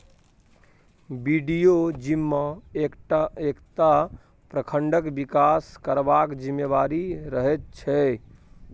BDO जिम्मा एकटा प्रखंडक बिकास करबाक जिम्मेबारी रहैत छै